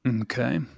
Okay